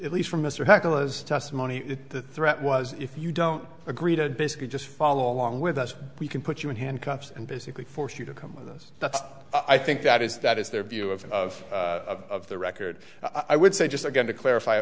at least from mr hakken was testimony the threat was if you don't agree to basically just follow along with us we can put you in handcuffs and basically force you to come with us i think that is that is their view of of the record i would say just again to clarify